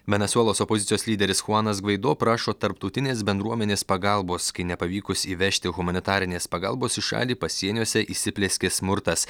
venesuelos opozicijos lyderis huanas gvaido prašo tarptautinės bendruomenės pagalbos kai nepavykus įvežti humanitarinės pagalbos į šalį pasieniuose įsiplieskė smurtas